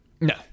No